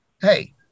hey